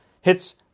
Hits